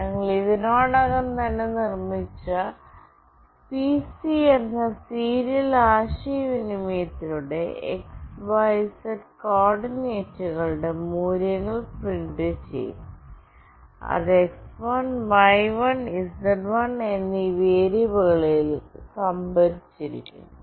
ഞങ്ങൾ ഇതിനകം തന്നെ നിർമ്മിച്ച "പിസി" എന്ന സീരിയൽ ആശയവിനിമയത്തിലൂടെ x y z കോർഡിനേറ്റുകളുടെ മൂല്യങ്ങൾ പ്രിന്റുചെയ്യും അത് x1 y1 z1 എന്നീ വേരിയബിളുകളിൽ സംഭരിച്ചിരിക്കുന്നു